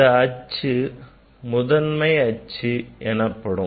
இந்த அச்சு முதன்மை அச்சு எனப்படும்